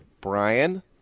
Brian